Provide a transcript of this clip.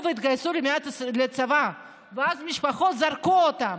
והתגייסו לצבא ואז המשפחות זרקו אותם,